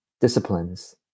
disciplines